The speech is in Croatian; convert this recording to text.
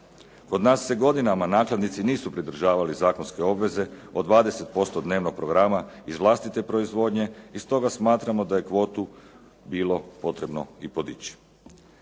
Kod nas se godinama nakladnici nisu pridržavali zakonske obveze od 20% dnevnog programa iz vlastite proizvodnje i stoga smatramo da je kvotu bilo potrebno i podići.